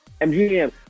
MGM